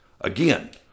Again